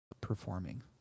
performing